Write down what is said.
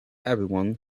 everyone